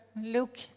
Luke